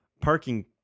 parking